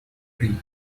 free